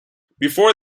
before